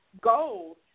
goals